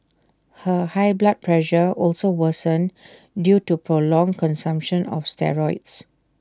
her high blood pressure also worsened due to prolonged consumption of steroids